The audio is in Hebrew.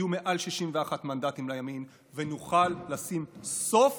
יהיו מעל 61 מנדטים לימין, ונוכל לשים סוף